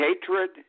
hatred